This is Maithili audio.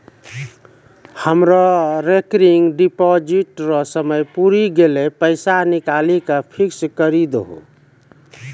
हमरो रेकरिंग डिपॉजिट रो समय पुरी गेलै पैसा निकालि के फिक्स्ड करी दहो